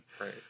right